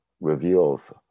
reveals